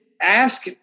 ask